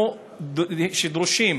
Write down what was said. שדרושים,